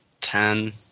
ten